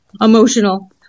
emotional